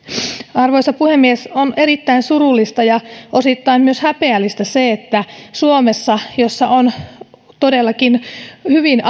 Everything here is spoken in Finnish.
arvoisa puhemies on erittäin surullista ja osittain myös häpeällistä se että suomessa jossa asiat ovat todellakin hyvin